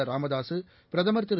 ராமதாசு பிரதமர் திரு